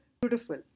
Beautiful